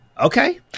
Okay